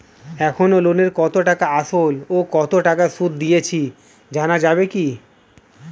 এখনো লোনের কত টাকা আসল ও কত টাকা সুদ দিয়েছি জানা যাবে কি?